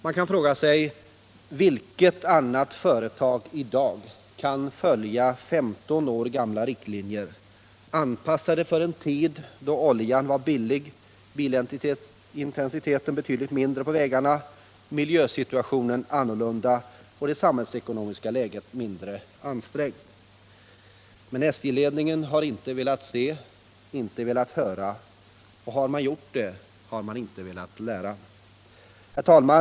Man kan fråga sig: Vilket annat företag kan i dag följa 15 år gamla riktlinjer, anpassade för en tid då oljan var billig, bilintensiteten på vägarna betydligt mindre, miljösituationen annorlunda och det samhällsekonomiska läget mindre ansträngt? Men SJ-ledningen har inte velat se och inte velat höra — och har den gjort det, har den inte velat lära. Herr talman!